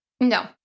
No